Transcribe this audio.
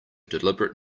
deliberate